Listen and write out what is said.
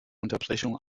unterbrechung